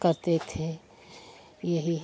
करते थे यही